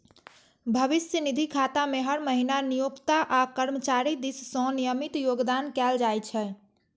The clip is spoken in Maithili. भविष्य निधि खाता मे हर महीना नियोक्ता आ कर्मचारी दिस सं नियमित योगदान कैल जाइ छै